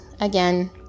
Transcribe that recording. again